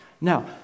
Now